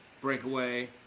breakaway